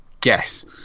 guess